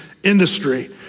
industry